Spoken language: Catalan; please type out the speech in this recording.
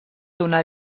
donar